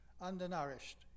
undernourished